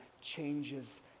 changes